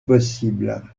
possible